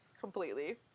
completely